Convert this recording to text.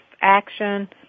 action